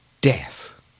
death